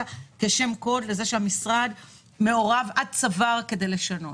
כשם קוד לזה שהמשרד מעורב עד צוואר כדי לשנות,